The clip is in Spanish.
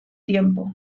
tiempo